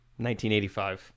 1985